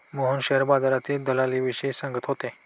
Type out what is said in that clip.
Mohan share बाजारातील दलालीविषयी सांगत होते